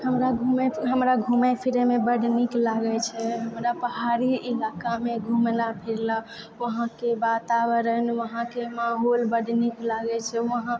हमरा घुमै हमरा घुमै फिरैमे बड नीक लागै छै हमरा पहाड़ी ईलाकामे घुमला फिरला वहाँके वातावरण वहाँके माहौल बड नीक लागै छै वहाँ